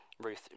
Ruth